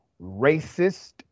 racist